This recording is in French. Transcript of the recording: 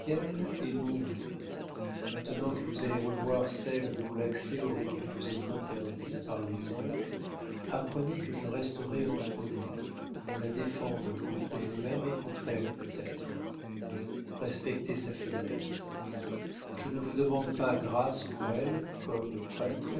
et non vous maintenant que vous allez revoir celle dont l'accès aurait dû vous être interdit par les anges apprenez que je resterai entre vous pour la défendre contre vous-même et contre elle peut-être respectez sa faiblesse je ne vous demande pas grâce pour elle comme prêtre